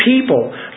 people